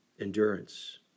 endurance